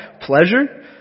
pleasure